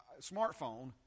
smartphone